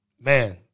man